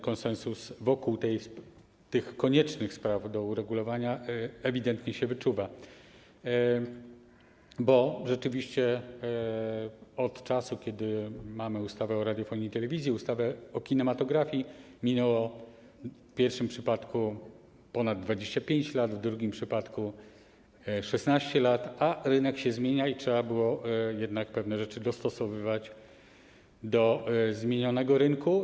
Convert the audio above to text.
Konsensus wokół koniecznych do uregulowania spraw ewidentnie się wyczuwa, bo rzeczywiście od czasu kiedy mamy ustawę o radiofonii i telewizji, ustawę o kinematografii, minęło: w pierwszym przypadku - ponad 25 lat, w drugim przypadku - 16 lat, a rynek się zmienia i trzeba pewne rzeczy dostosowywać do zmienionego rynku.